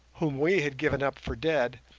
whom we had given up for dead,